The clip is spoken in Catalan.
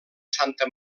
santa